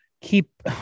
Keep